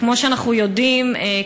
וכמו שאנחנו יודעים,